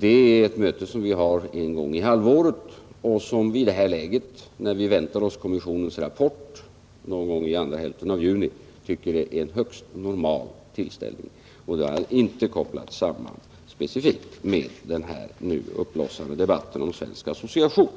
är ett möte som vi har en gång per halvår och som vi i detta läge, när vi väntar på kommissionens rapport någon gång under senare hälften av juni, tycker är en högst normal tillställning. Det har inte kopplats samman specifikt med den nu uppblossande debatten om svensk association.